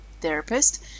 therapist